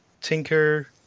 Tinker